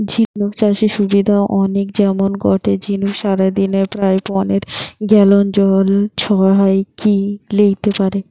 ঝিনুক চাষের সুবিধা অনেক যেমন গটে ঝিনুক সারাদিনে প্রায় পনের গ্যালন জল ছহাকি লেইতে পারে